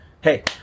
hey